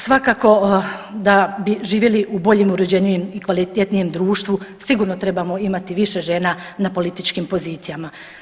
Svakako da bi živjeli u bolje, uređenijem i kvalitetnijem društvu sigurno trebamo imati više žena na političkim pozicijama.